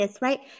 right